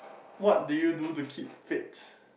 what do you do to keep fit